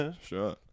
Sure